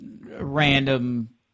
random